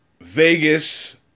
Vegas